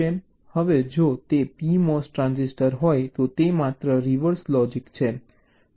હવે જો તે PMOS ટ્રાન્ઝિસ્ટર હોય તો તે માત્ર રિવર્સ લોજીક છે